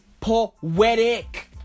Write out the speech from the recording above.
poetic